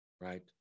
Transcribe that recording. right